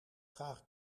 graag